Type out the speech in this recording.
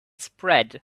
spread